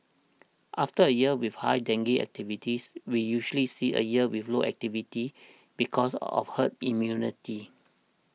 after a year with high dengue activities we usually see a year with low activity because of herd immunity